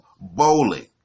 bowling